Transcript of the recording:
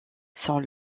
sont